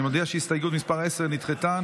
אני מודיע שהסתייגות מס' 10 נדחתה.